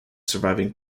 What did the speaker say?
surviving